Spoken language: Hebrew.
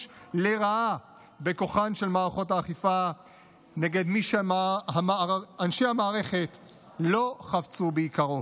לרעה בכוחן של מערכות האכיפה נגד מי שאנשי המערכת לא חפצו ביקרו.